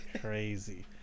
crazy